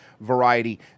variety